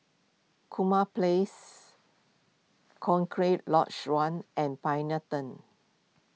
Kurau Place Cochrane Lodge one and Pioneer Turn